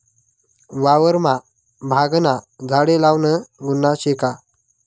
वावरमा भांगना झाडे लावनं गुन्हा शे का?